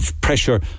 pressure